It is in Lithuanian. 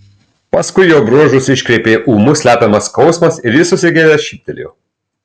paskui jo bruožus iškreipė ūmus slepiamas skausmas ir jis susigėdęs šyptelėjo